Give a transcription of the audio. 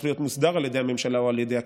להיות מוסדר על ידי הממשלה או על ידי הכנסת.